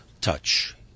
touch